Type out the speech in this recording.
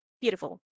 beautiful